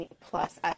plus